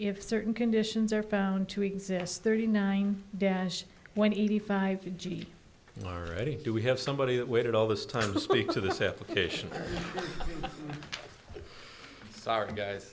if certain conditions are found to exist thirty nine dash twenty five g already do we have somebody that waited all this time to speak to this application sorry guys